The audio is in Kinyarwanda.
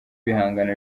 ibihangano